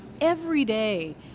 everyday